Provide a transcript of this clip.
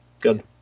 Good